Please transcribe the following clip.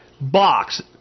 box